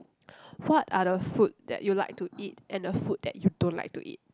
what are the food that you like to eat and the food that you don't like to eat